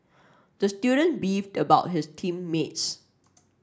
the student beefed about his team mates